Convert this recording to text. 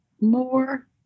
more